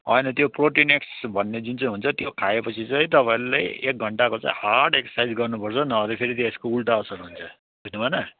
होइन त्यो प्रोटिनेक्स भन्ने जुन चाहिँ हुन्छ त्यो खायोपछि चाहिँ तपाईँले एक घन्टाको हार्ड एक्सरसाइज गर्नुपर्छ नभए चाहिँ फेरि त्यसको उल्टा असर हुन्छ बुझ्नुभएन